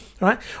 right